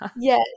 yes